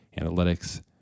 analytics